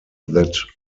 that